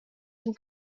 dem